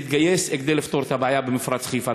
נתגייס כדי לפתור את הבעיה במפרץ-חיפה.